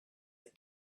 that